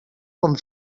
com